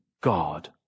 God